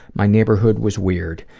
my neighborhood was weird.